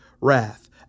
wrath